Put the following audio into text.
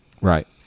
Right